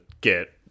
get